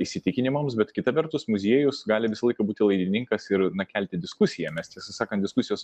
įsitikinimams bet kita vertus muziejus gali visą laiką būti laidininkas ir na kelti diskusiją mes tiesą sakant diskusijos